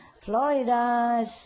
Florida